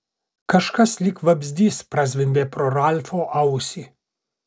kažkas lyg vabzdys prazvimbė pro ralfo ausį